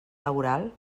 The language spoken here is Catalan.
laboral